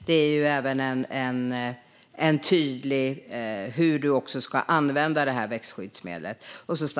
Det är tydligt hur du ska använda det här växtskyddsmedlet.